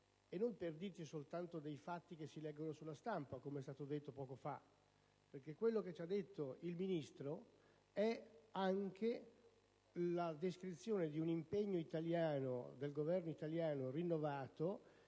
e non per dirci soltanto dei fatti che si leggono sulla stampa, come è stato detto poco fa. Infatti, quello che ci ha detto il Ministro è anche la descrizione di un impegno del Governo italiano rinnovato